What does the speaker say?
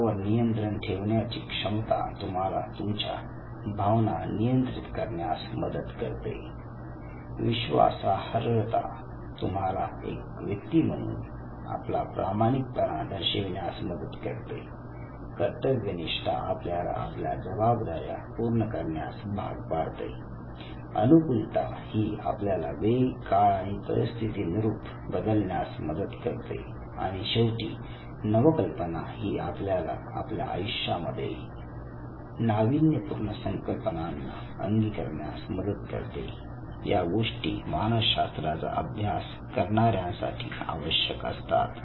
स्वतःवर नियंत्रण ठेवण्याची क्षमता तुम्हाला तुमच्या भावना नियंत्रित करण्यास मदत करते विश्वासार्हता तुम्हाला एक व्यक्ती म्हणून आपला प्रामाणिकपणा दर्शविण्यात मदत करते कर्तव्यनिष्ठा आपल्याला आपल्या जबाबदाऱ्या पूर्ण करण्यास भाग पाडते अनुकूलता ही आपल्याला वेळ काळ आणि परिस्थितीनुरूप बदलण्यास मदत करते आणि शेवटी नवकल्पना ही आपल्याला आपल्या आयुष्यामध्ये नाविन्यपूर्ण कल्पनांना अंगीकरण्यास मदत करते या गोष्टी मानसशास्त्राचा अभ्यास करणाऱ्यांसाठी आवश्यक असतात